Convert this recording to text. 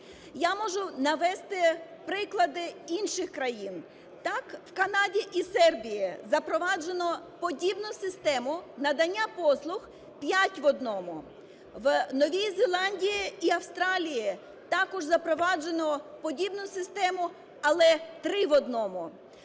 Я можу навести приклади інших країн. Так в Канаді і Сербії запроваджено подібну систему надання послуг п'ять в одному. В Новій Зеландії і Австралії також запроваджено подібну систему, але три в одному.